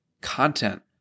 content